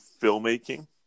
filmmaking